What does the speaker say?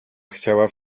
chciała